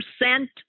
percent